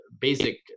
basic